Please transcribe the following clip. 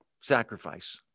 Sacrifice